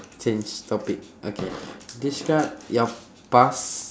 change topic okay describe your past